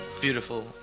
Beautiful